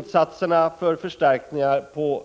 Även insatserna för förstärkningar av